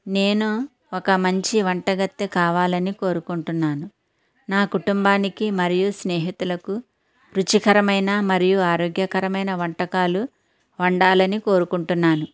నేను ఒక మంచి వంటగత్తె కావాలని కోరుకుంటున్నాను నా కుటుంబానికి మరియు స్నేహితులకు రుచికరమైన మరియు ఆరోగ్యకరమైన వంటకాలు వండాలని కోరుకుంటున్నాను